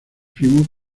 primos